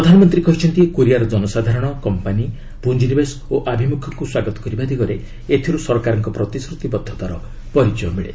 ପ୍ରଧାନମନ୍ତ୍ରୀ କହିଚ୍ଚନ୍ତି କୋରିଆର କନସାଧାରଣ କମ୍ପାନି ପୁଞ୍ଜିନିବେଶ ଓ ଆଭିମୁଖ୍ୟକୁ ସ୍ୱାଗତ କରିବା ଦିଗରେ ଏଥିରୁ ସରକାରଙ୍କ ପ୍ରତିଶ୍ରତିବଦ୍ଧତାର ପରିଚୟ ମିଳେ